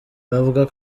bavuga